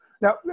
Now